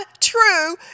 true